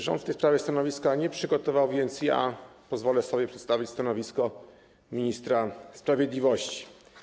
Rząd w tej sprawie stanowiska nie przygotował, więc pozwolę sobie przedstawić stanowisko ministra sprawiedliwości.